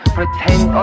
Pretend